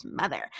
mother